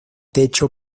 techo